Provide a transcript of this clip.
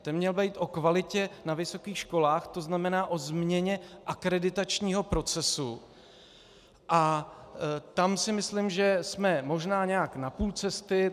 Ten měl být o kvalitě na vysokých školách, to znamená o změně akreditačního procesu, a tam si myslím, že jsme možná nějak na půl cesty.